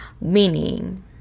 meaning